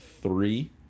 Three